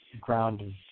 grounded